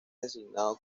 designado